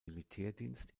militärdienst